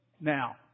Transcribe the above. now